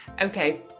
okay